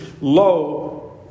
low